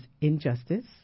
injustice